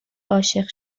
عاشق